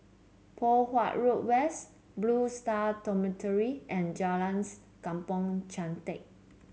Poh Huat Road West Blue Stars Dormitory and Jalans Kampong Chantek